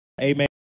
Amen